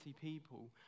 people